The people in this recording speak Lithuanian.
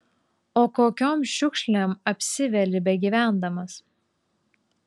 o kokiom šiukšlėm apsiveli begyvendamas